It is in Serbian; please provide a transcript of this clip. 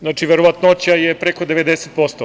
Znači, verovatnoća je preko 90%